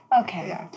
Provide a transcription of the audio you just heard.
Okay